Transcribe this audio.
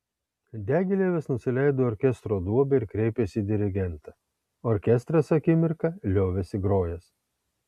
diagilevas nusileido į orkestro duobę ir kreipėsi į dirigentą orkestras akimirką liovėsi grojęs